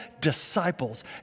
disciples